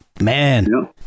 Man